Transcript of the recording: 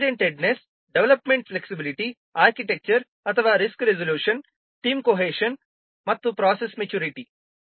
ಪ್ರಿಸಿಡೆಂಟೆಡ್ನೆಸ್ development flexibility architecture ಅಥವಾ risk resolution team cohesion ಮತ್ತು process maturity